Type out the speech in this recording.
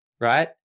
right